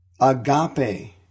Agape